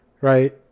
right